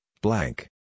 blank